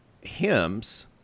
hymns